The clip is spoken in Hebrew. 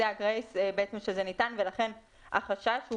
זה הגרייס שניתן, ולכן החשש הוא